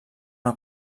una